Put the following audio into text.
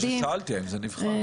זה מה ששאלתי, האם זה נבחן.